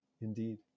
Indeed